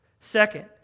Second